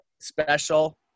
special